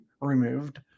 removed